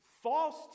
false